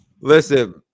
Listen